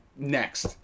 Next